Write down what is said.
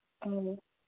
ꯑꯧ